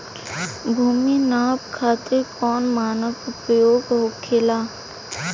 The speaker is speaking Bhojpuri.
भूमि नाप खातिर कौन मानक उपयोग होखेला?